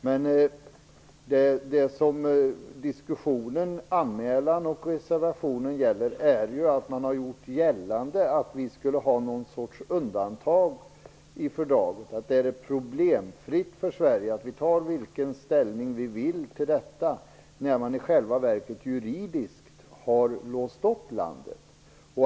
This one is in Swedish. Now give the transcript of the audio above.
Men det som diskussionen, anmälningen och reservationen gäller är att man har gjort gällande att vi skulle ha något sort undantag i fördraget och att det är problemfritt för Sverige att ta vilken ställning vi vill till detta medan man i själva verket juridiskt har låst upp landet.